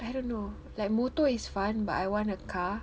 I don't know like motor is fun but I want a car